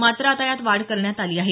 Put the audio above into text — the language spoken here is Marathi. मात्र आता यात वाढ करण्यात आली आहे